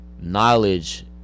knowledge